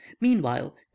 meanwhile